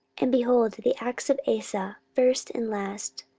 and, behold, the acts of asa, first and last,